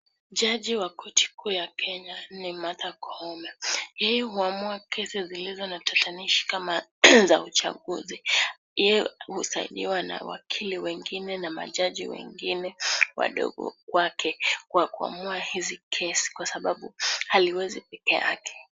Jaji wa korti kuu ya kwenye ni Martha Koome, yeye huamua kesi zilizo na utatanishi kama za uchaguzi, yeye husaidiwa na wakili wengine na majaji wengine wadogo wake kwa kuamua hizi kesi kwa sababu haliwezi pekee yake.